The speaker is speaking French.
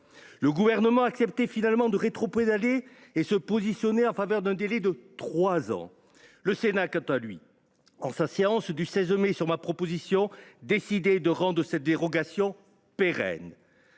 Le Gouvernement acceptait finalement de rétropédaler et se déclarait favorable à un délai de trois ans. Le Sénat quant à lui, au cours de cette séance du 16 mai, sur ma proposition, décidait de rendre cette dérogation pérenne,